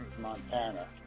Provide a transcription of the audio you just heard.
Montana